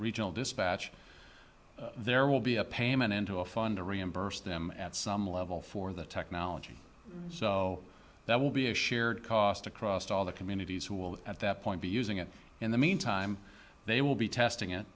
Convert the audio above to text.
regional dispatch there will be a payment into a fund to reimburse them at some level for the technology so that will be a shared cost across all the communities who will at that point be using it in the meantime they will be testing it